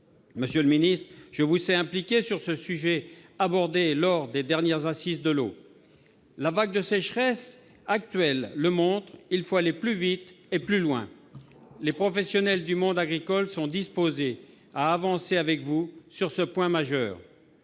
Monsieur le ministre, je vous sais impliqué sur ce sujet qui a été abordé lors des dernières assises de l'eau. La vague actuelle de sécheresse le montre : il faut aller plus vite et plus loin. Les professionnels du monde agricole sont disposés à avancer avec vous sur ce point majeur.